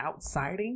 outsiding